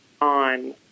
on